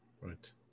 Right